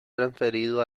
transferido